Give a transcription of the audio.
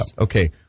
Okay